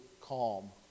calm